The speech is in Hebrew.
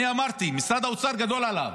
אני אמרתי, משרד האוצר גדול עליו,